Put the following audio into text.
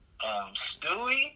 Stewie